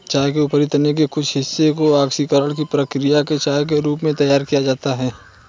चाय के ऊपरी तने के कुछ हिस्से को ऑक्सीकरण की प्रक्रिया से चाय के रूप में तैयार किया जाता है